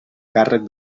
càrrec